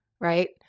Right